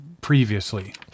previously